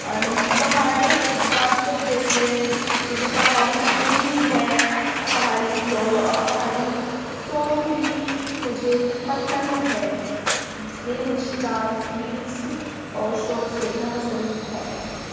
اور نیتو پہاڑی ڈانس پر بھی دیکھتی ہے مجھے پہاڑی پسند بھی ہیں پہاڑی لوگ اور پہاڑی سانگ بھی مجھے پسند ہے اس لیے مجھے ڈانس ریلس اور شارٹس دیکھنا پسند ہے